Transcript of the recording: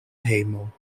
hejmo